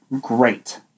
great